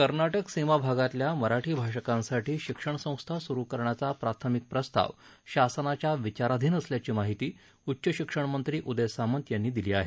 कर्नाटक सीमाभागातल्या मराठी भाषकांसाठी शिक्षणसंस्था सुरु करण्याचा प्राथमिक प्रस्ताव शासनाच्या विचाराधीन असल्याची माहिती उच्चशिक्षणमंत्री उदय सामंत यांनी दिली आहे